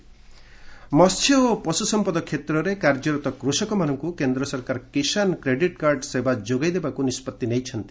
ଗମେଣ୍ଟ୍ KCC ମସ୍ୟ ଏବଂ ପଶ୍ରସମ୍ପଦ କ୍ଷେତ୍ରେ କାର୍ଯ୍ୟରତ କୃଷକମାନଙ୍କ କେନ୍ଦ୍ ସରକାର କିଷାନ କ୍ରେଡିଟ୍ କାର୍ଡ ସେବା ଯୋଗାଇଦେବାକୁ ନିଷ୍ପଭି ନେଇଛନ୍ତି